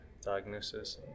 diagnosis